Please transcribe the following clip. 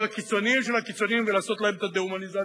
הקיצונים שבקיצונים ולעשות להם את הדמוניזציה,